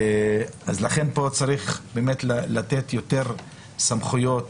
אז לכן צריך לתת פה יותר סמכויות